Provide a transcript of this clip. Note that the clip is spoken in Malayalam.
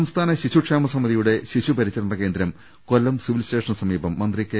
സംസ്ഥാന ശിശുക്ഷേമ സമിതിയുടെ ശിശു പരിചരണ കേന്ദ്രം കൊല്ലം സിവിൽ സ്റ്റേഷന് സമീപം മ്പ്രി കെ